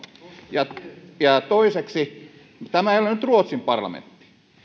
toiseksi tämä ei ole nyt ruotsin parlamentti